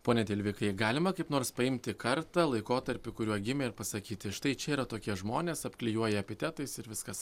pone tilvikai galima kaip nors paimti kartą laikotarpiu kuriuo gimė ir pasakyti štai čia yra tokie žmonės apklijuoji epitetais ir viskas